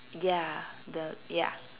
ya the ya